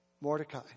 Mordecai